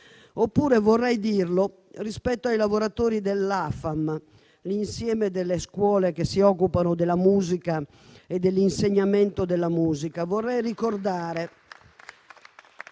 Oppure vorrei dirlo rispetto ai lavoratori dell'AFAM, l'insieme delle scuole che si occupano della musica e dell'insegnamento della musica. Vorrei ricordare